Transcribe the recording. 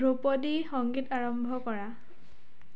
ধ্ৰুপদী সংগীত আৰম্ভ কৰা